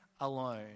alone